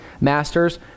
Masters